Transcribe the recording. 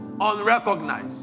unrecognized